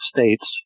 States